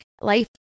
Life